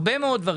הרבה מאוד דברים.